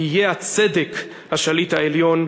יהיה הצדק השליט העליון,